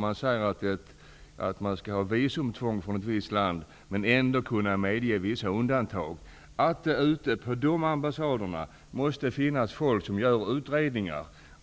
Man säger att det skall vara visumtvång från ett visst land men att det ändå skall gå att medge vissa undantag. Då måste det på berörda ambassader finnas folk som gör utredningar.